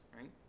right